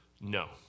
No